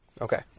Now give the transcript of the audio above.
Okay